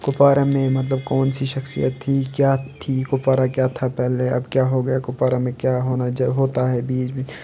کُپوارہ مےٚ مطلب کونسی شخصیت تھی کیٛاہ تھی کُپوارہ کیٛاہ تھا پہلے اب کیا ہو گیا کُپوارہ میں کیا ہونا جا ہوتا ہے بیچ بیچ